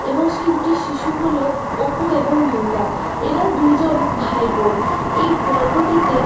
এবং সেই দুটি শিশু হলো অপু এবং দুর্গা এরা দুই জন ভাই বোন এই গল্পটিতে